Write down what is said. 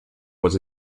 was